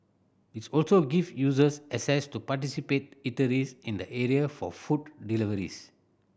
its also give users access to participate eateries in the area for food deliveries